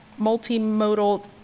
Multimodal